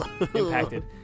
Impacted